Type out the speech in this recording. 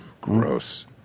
Gross